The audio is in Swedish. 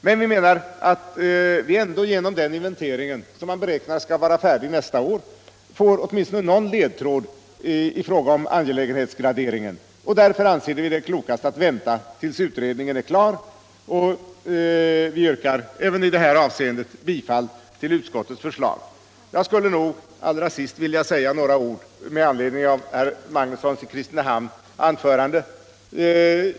Men vi menar att vi ändå genom den inventeringen som beräknas bli färdig nästa år, får åtminstone någon ledtråd i fråga om angelägenhetsvärderingen, och därför anser vi det klokast att vänta tills utredningen är klar. Vi yrkar även i detta avseende bifall till utskottets förslag. Jag skulle allra sist vilja säga några ord med anledning av herr Magnussons i Kristinehamn anförande.